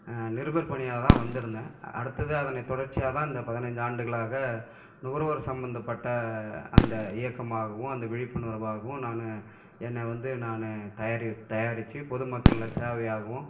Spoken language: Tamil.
நிருபர் பணியாளராக வந்துருந்தேன் அடுத்தது அதனை தொடர்ச்சியாக தான் இந்த பதினைஞ்சு ஆண்டுகளாக நுகர்வோர் சம்மந்தப்பட்ட அந்த இயக்கமாகவும் அந்த விழிப்புணர்வாகவும் நானு என்ன வந்து நானு தயாரி தயாரித்து பொதுமக்களில் சேவையாகவும்